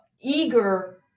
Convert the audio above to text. eager